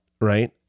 right